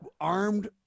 armed